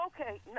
okay